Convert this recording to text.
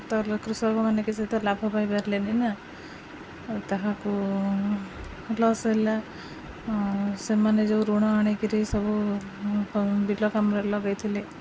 ତ କୃଷକ ମାନେ କିଛି ତ ଲାଭ ପାଇପାରିଲେନି ନା ତାହାକୁ ଲସ୍ ହେଲା ସେମାନେ ଯେଉଁ ଋଣ ଆଣିକିରି ସବୁ ବିଲ କାମରେ ଲଗାଇଥିଲେ